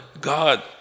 God